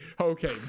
okay